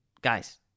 Guys